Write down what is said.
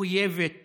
מחויבת